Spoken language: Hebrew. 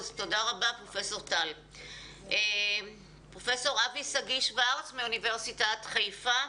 פרופסור אבי שגיא שוורץ מאוניברסיטת חיפה.